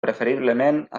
preferiblement